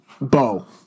bow